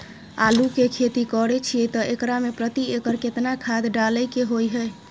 आलू के खेती करे छिये त एकरा मे प्रति एकर केतना खाद डालय के होय हय?